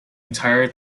entire